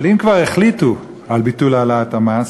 אבל אם כבר החליטו על ביטול העלאת המס,